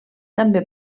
també